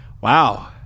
Wow